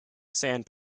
sand